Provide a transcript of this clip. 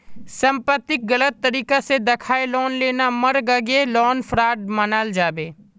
संपत्तिक गलत तरीके से दखाएँ लोन लेना मर्गागे लोन फ्रॉड मनाल जाबे